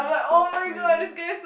starts flailing